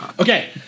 Okay